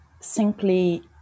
simply